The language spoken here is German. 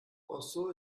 roseau